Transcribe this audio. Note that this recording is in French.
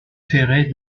ferrée